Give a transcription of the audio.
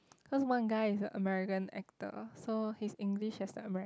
cause one guy is a American actor so his English has the Americ~